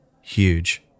huge